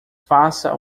faça